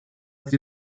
die